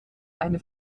eine